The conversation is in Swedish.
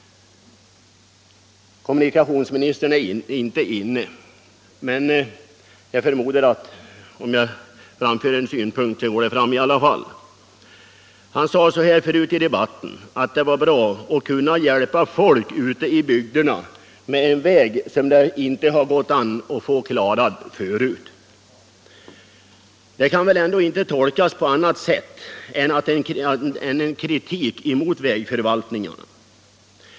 Kommunikationsministern är nu inte inne i kammaren, men jag förmodar att om jag framför en synpunkt så går den fram i alla fall. Han sade förut i debatten att det var bra att kunna hjälpa folk ute i bygderna med en väg som det inte har gått att klara förut. Det kan väl ändå inte tolkas på annat sätt än som en kritik mot vägförvaltningen.